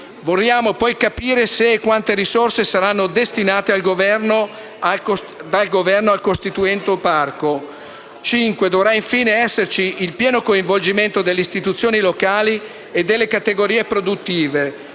Vogliamo poi capire se e quante risorse saranno destinate dal Governo al predetto parco; dovrà, infine, esserci il pieno coinvolgimento delle istituzioni locali e delle categorie produttive.